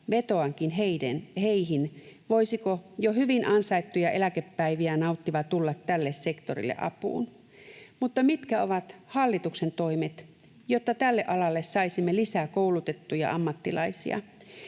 Vetoankin heihin: voisiko jo hyvin ansaittuja eläkepäiviään nauttiva tulla tälle sektorille apuun? Mutta mitkä ovat hallituksen toimet, jotta tälle alalle saisimme lisää koulutettuja ammattilaisia?